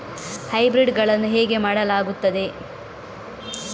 Hybrid ಗಳನ್ನು ಹೇಗೆ ಮಾಡಲಾಗುತ್ತದೆ?